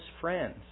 friends